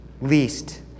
least